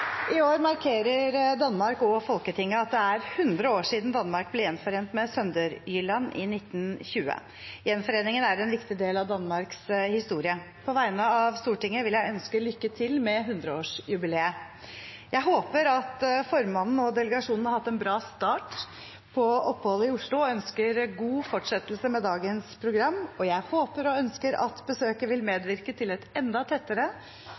I år markerer Danmark og Folketinget at det er 100 år siden Danmark ble gjenforent med Sønderjylland i 1920. Gjenforeningen er en viktig del av Danmarks historie. På vegne av Stortinget vil jeg ønske lykke til med 100-årsjubileet. Jeg håper at formannen og delegasjonen har hatt en bra start på oppholdet i Oslo, og ønsker god fortsettelse med dagens program. Jeg håper og ønsker at besøket vil medvirke til et enda tettere